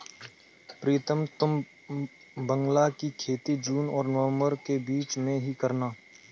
प्रीतम तुम बांग्ला की खेती जून और नवंबर के बीच में ही करना